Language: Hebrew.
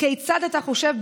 כיצד אתה חושב,